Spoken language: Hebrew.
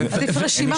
עדיף רשימה.